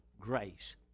grace